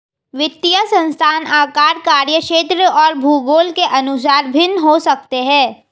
वित्तीय संस्थान आकार, कार्यक्षेत्र और भूगोल के अनुसार भिन्न हो सकते हैं